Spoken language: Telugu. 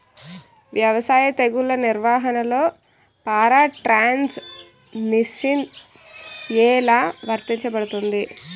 వ్యవసాయ తెగుళ్ల నిర్వహణలో పారాట్రాన్స్జెనిసిస్ఎ లా వర్తించబడుతుంది?